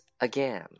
again